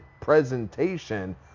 presentation